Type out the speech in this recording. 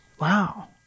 wow